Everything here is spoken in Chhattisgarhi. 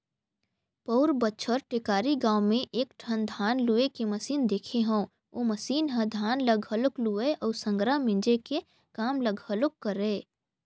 पउर बच्छर टेकारी गाँव में एकठन धान लूए के मसीन देखे हंव ओ मसीन ह धान ल घलोक लुवय अउ संघरा मिंजे के काम ल घलोक करय